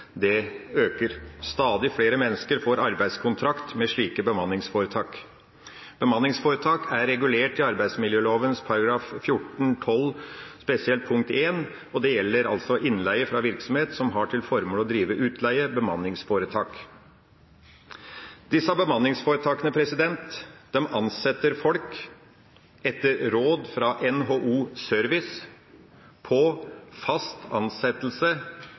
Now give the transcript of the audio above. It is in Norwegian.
øker. Stadig flere mennesker får arbeidskontrakt med slike bemanningsforetak. Bemanningsforetak er regulert i arbeidsmiljøloven § 14-12, spesielt punkt 1, og det gjelder «Innleie fra virksomhet som har til formål å drive utleie ». Disse bemanningsforetakene ansetter folk etter råd fra NHO Service på fast ansettelse